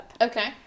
okay